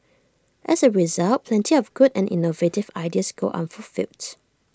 as A result plenty of good and innovative ideas go unfulfilled